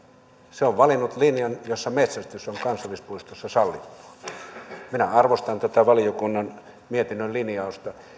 se on valinnut linjan jossa metsästys on kansallispuistossa sallittua minä arvostan tätä valiokunnan mietinnön linjausta